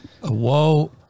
whoa